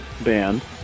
band